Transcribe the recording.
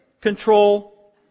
control